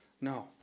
No